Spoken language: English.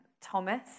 Thomas